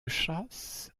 chasse